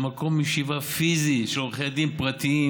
למקום ישיבה פיזי של עורכי דין פרטיים